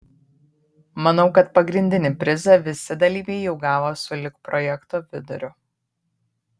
manau kad pagrindinį prizą visi dalyviai jau gavo sulig projekto viduriu